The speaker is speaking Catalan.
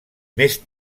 més